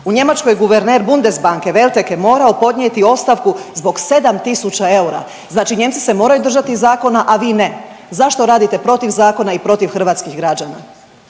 U Njemačkoj guverner Budnesbanke Welteke morao podnijeti ostavku zbog 7.000 eura. Znači Nijemci se moraju držati zakona, a vi ne. Zašto radite protiv zakona i protiv hrvatskih građana?